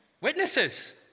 Witnesses